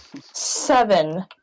Seven